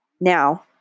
Now